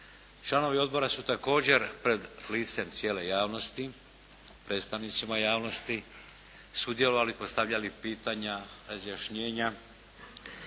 Članovi odbora su također pred licem cijele javnosti, predstavnicima javnosti sudjelovali, postavljali pitanja, razjašnjenja